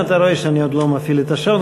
אתה רואה שאני עוד לא מפעיל את השעון.